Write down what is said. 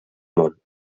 món